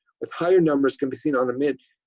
with higher numbers can be seen on the mid.